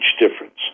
difference